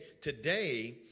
today